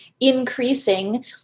increasing